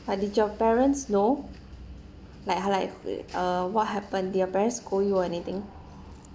but did your parents know like uh like the uh what happened did your parents scold you or anything